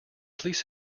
please